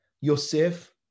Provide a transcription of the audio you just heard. Yosef